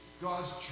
God's